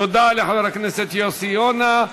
תודה לחבר הכנסת יוסי יונה.